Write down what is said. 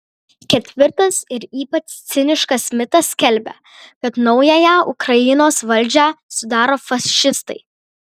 ketvirtas ir ypač ciniškas mitas skelbia kad naująją ukrainos valdžią sudaro fašistai